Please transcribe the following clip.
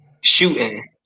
Shooting